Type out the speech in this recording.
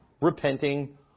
repenting